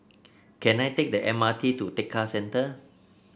can I take the M R T to Tekka Centre